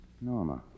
Norma